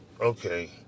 Okay